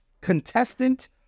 contestant